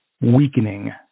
weakening